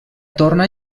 torna